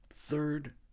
Third